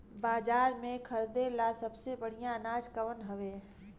बाजार में खरदे ला सबसे बढ़ियां अनाज कवन हवे?